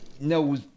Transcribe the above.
no